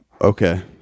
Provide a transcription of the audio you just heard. Okay